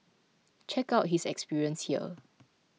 check out his experience here